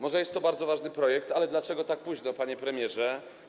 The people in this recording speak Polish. Może to jest bardzo ważny projekt, ale dlaczego tak późno, panie premierze?